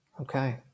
Okay